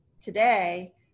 today